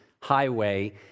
highway